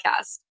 podcast